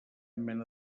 mena